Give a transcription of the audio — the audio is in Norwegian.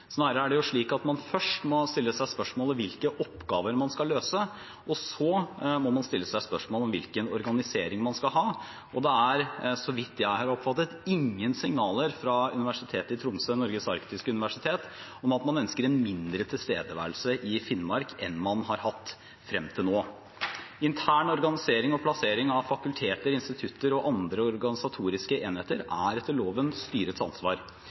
Snarere er det slik at man først må stille seg spørsmål om hvilke oppgaver man skal løse, og så må man stille seg spørsmål om hvilken organisering man skal ha. Det er, så vidt jeg har oppfattet, ingen signaler fra Universitetet i Tromsø – Norges arktiske universitet om at man ønsker mindre tilstedeværelse i Finnmark enn man har hatt frem til nå. Intern organisering og plassering av fakulteter, institutter og andre organisatoriske enheter er etter loven styrets ansvar.